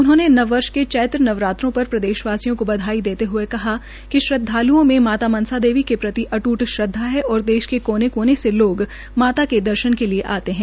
उन्होंने नववर्ष के चैत्र नवरात्रों पर प्रदेशवासियों को बधाई देते हुए कहा कि श्रद्वालुओंमाता मनसा देवी के प्रति अट्ट श्रदवा है और देश के कौने कौने से लोग माता के दर्शन करने आते है